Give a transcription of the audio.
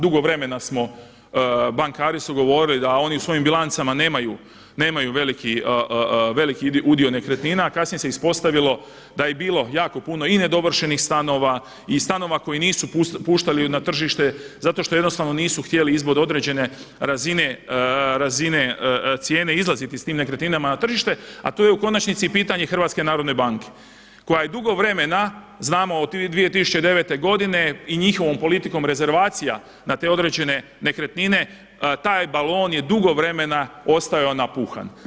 Dugo vremena bankari su govorili da oni u svojim bilancama nemaju veliki udio nekretnina, a kasnije se ispostavilo da je bilo jako puno i nedovršenih stanova i stanova koji nisu puštali na tržište zato što jednostavno nisu htjeli ispod određene razine cijene izlaziti s tim nekretninama na tržište, a tu je u konačnici pitanje i HNB-a koja je dugo vremena znamo od 2009. godine i njihovom politikom rezervacija na te određene nekretnine taj balon je dugo vremena ostajao napuhan.